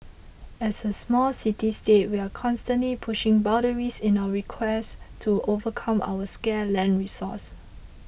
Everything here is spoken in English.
as a small city state we are constantly pushing boundaries in our request to overcome our scarce land resource